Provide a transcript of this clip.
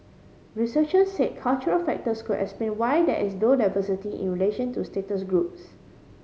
researcher say cultural factors could explain why there is low diversity in relation to status groups